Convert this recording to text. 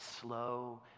slow